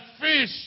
fish